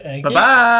Bye-bye